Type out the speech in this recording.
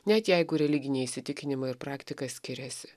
net jeigu religiniai įsitikinimai ir praktika skiriasi